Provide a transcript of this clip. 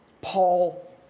Paul